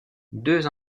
deux